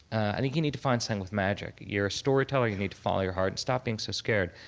i think you need to find something with magic. you're a storyteller you need to follow your heart. stop being so scared.